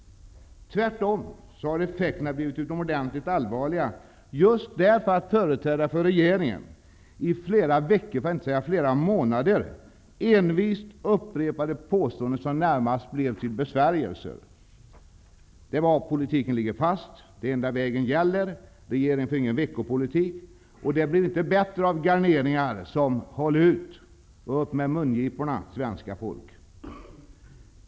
Tvärtom har effekterna blivit utomordentligt allvarliga just därför att företrädare för regeringen i flera veckor, för att inte säga månader, envist upprepade påståenden som närmast blev till besvärjelser: Politiken ligger fast. Den enda vägen gäller. Regeringen för ingen veckopolitik. Och det blev inte bättre av garneringar som: Håll ut! Upp med mungiporna, svenska folk!